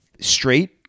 straight